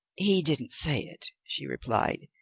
he didn't say it, she replied.